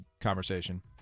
conversation